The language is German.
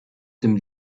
dem